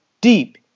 deep